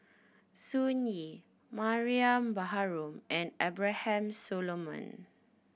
Sun Yee Mariam Baharom and Abraham Solomon